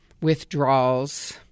withdrawals